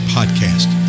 Podcast